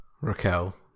Raquel